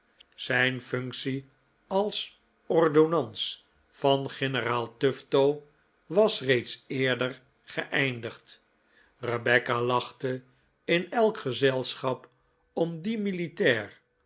zijn functie als ordonnans van generaal tufto was reeds eerder geeindigd rebecca lachte in elk gezelschap om dien militair